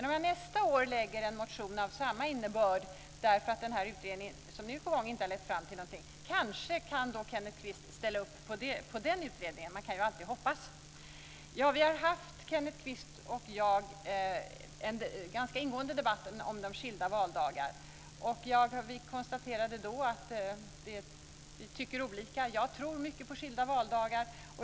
Om jag nästa år väcker en motion med samma innebörd därför att den utredning som nu är på gång inte har lett fram till någonting kan kanske Kenneth Kvist ställa upp på den utredning jag föreslår. Man kan ju alltid hoppas. Vi har haft, Kenneth Kvist och jag, en ganska ingående debatt om skilda valdagar. Vi konstaterade då att vi tycker olika. Jag tror mycket på skilda valdagar.